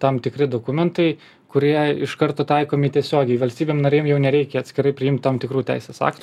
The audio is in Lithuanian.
tam tikri dokumentai kurie iš karto taikomi tiesiogiai valstybėm narėm jau nereikia atskirai priimt tam tikrų teisės aktų